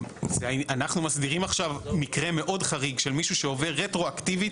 אנחנו מסדירים עכשיו מקרה מאוד חריג של מישהו שעובר רטרואקטיבית,